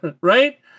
right